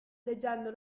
leggendo